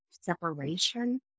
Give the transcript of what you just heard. separation